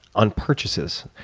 on purchases,